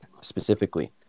specifically